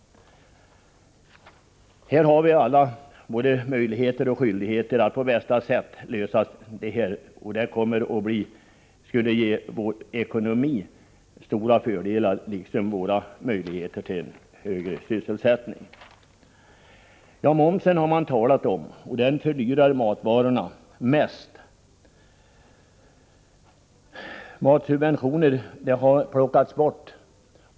Vi har alla både möjligheter och skyldigheter att på bästa sätt lösa problemen. Det kommer att ge vår ekonomi stora fördelar och ökade möjligheter till högre sysselsättning. Momsen har det talats om här. Momsen fördyrar matvarorna mest. Matsubventioner har plockats bort.